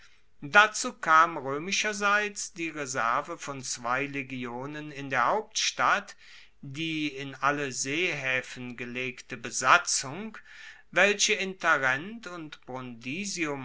dazu kam roemischerseits die reserve von zwei legionen in der hauptstadt die in alle seehaefen gelegte besatzung welche in tarent und